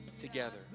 together